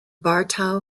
bartow